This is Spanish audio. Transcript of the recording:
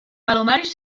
palomares